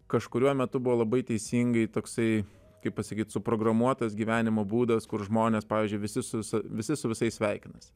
kažkuriuo metu buvo labai teisingai toksai kaip pasakyt suprogramuotas gyvenimo būdas kur žmonės pavyzdžiui visi su visi su visais sveikinasi